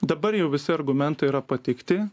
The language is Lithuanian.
dabar jau visi argumentai yra pateikti